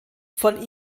von